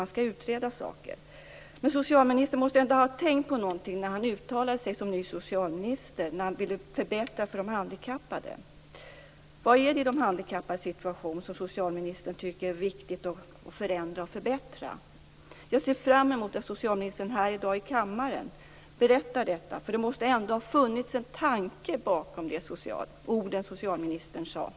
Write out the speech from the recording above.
Man skall utreda saker. Men socialministern måste ändå tänkt på någonting när han uttalade sig som ny socialminister och ville förbättra för de handikappade. Vad är det i de handikappades situation som socialministern tycker är viktigt att förändra och förbättra? Jag ser fram emot att socialministern här i dag i kammaren berättar detta. För det måste ändå ha funnits en tanke bakom det socialministern sade.